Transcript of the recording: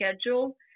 schedule